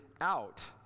out